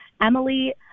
Emily